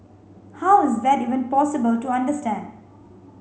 how is that even possible to understand